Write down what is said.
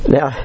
Now